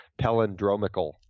palindromical